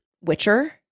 witcher